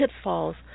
pitfalls